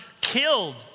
killed